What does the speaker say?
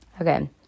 Okay